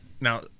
Now